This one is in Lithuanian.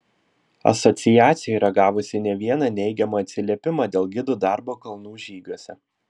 asociacija yra gavusi ne vieną neigiamą atsiliepimą dėl gidų darbo kalnų žygiuose